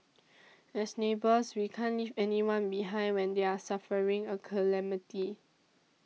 as neighbours we can't leave anybody behind when they're suffering a calamity